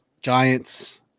Giants